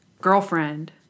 girlfriend